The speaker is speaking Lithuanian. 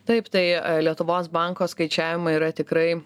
taip tai lietuvos banko skaičiavimai yra tikrai